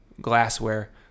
glassware